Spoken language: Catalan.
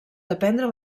dependre